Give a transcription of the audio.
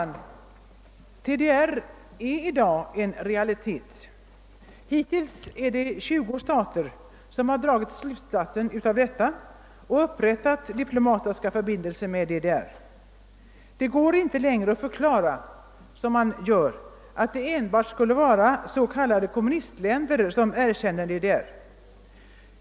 DDR är i dag en realitet, och hittills har 20 stater dragit konsekvensen av detta och upprättat diplomatiska förbindelser med DDR. Det går inte längre att som hittills förklara att det endast är de s.k. kommunistländerna som erkänner DDR.